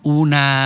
una